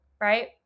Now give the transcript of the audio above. right